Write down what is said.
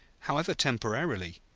however temporarily,